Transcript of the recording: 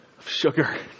Sugar